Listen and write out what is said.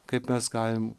kaip mes galim